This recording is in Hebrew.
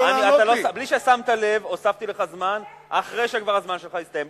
בלי ששמת לב הוספתי לך זמן אחרי שהזמן שלך הסתיים,